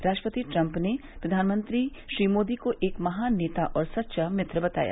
राष्ट्रपति ट्रम्प ने प्रधानमंत्री श्री मोदी को एक महान नेता और सच्चा मित्र बताया